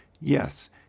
yes